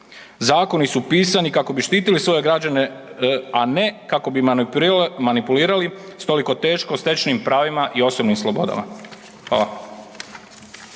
Zakoni su pisani kako bi štitili svoje građane, a ne kako bi manipulirali s toliko teško stečenim pravima i osobnim slobodama.